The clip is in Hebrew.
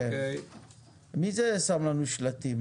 מי שם לנו שלטים?